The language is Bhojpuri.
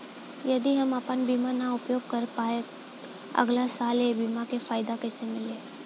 यदि हम आपन बीमा ना उपयोग कर पाएम त अगलासाल ए बीमा के फाइदा कइसे मिली?